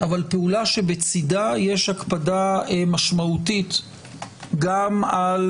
אבל פעולה שבצידה הקפדה משמעותית גם על